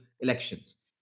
elections